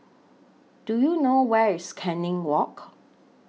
Do YOU know Where IS Canning Walk